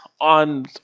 On